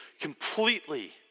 completely